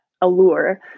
allure